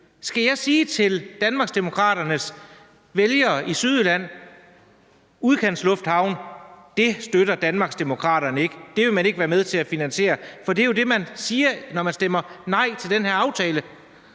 Skal jeg sige til Danmarksdemokraternes vælgere i Sydjylland, at udkantslufthavne støtter Danmarksdemokraterne ikke, at det vil man ikke være med til at finansiere? For det er jo det, man siger, når man stemmer man nej til den her aftale.